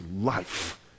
life